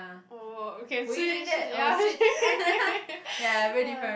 oh okay switch ya ya